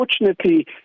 unfortunately